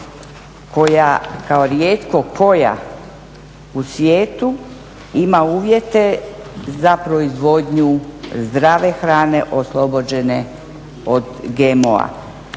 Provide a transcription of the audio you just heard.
koja kao rijetko koja u svijetu ima uvjete za proizvodnju zdrave hrane oslobođene od GMO-a.